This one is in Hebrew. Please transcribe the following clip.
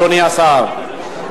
אדוני השר,